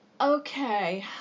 Okay